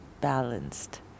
balanced